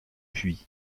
puits